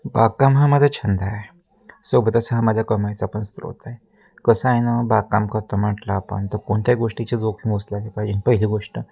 बागकाम हा माझा छंद आहे सोबतच हा माझा कमाईचा पण स्रोत आहे कसं आहे ना बागकाम करतो म्हटलं आपण तर कोणत्याही गोष्टीची जोखीम उचलायला पाहिजेन पहिली गोष्ट